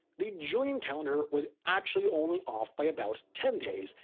the julian calendar was actually only off by about ten days,